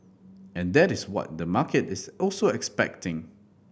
and that is what the market is also expecting